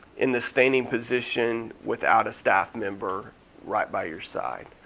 in the standing position without a staff member right by your side.